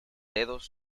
dedos